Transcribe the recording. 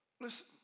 listen